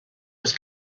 was